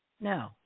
No